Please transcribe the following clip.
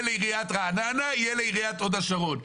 לעיריית רעננה אלא לעיריית הוד השרון.